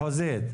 מחוזית.